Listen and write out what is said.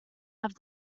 have